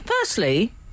Firstly